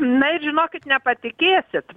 na ir žinokit nepatikėsit